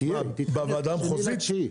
תהיה, ב-2.9.